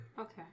Okay